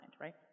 right